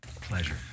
Pleasure